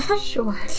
Sure